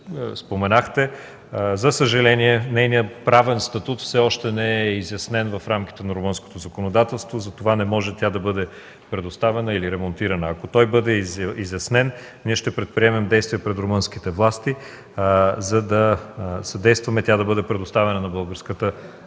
споменахте, за съжаление, нейният правен статут все още не е изяснен в рамките на румънското законодателство и затова не може да бъде предоставена или ремонтирана. Ако той бъде изяснен, ние ще предприемем действия пред румънските власти, за да съдействаме да бъде предоставена на българската